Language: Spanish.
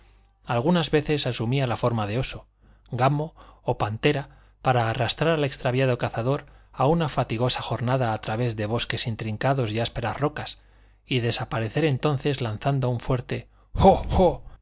algunas veces asumía la forma de oso gamo o pantera para arrastrar al extraviado cazador a una fatigosa jornada a través de bosques intrincados y ásperas rocas y desaparecer entonces lanzando un fuerte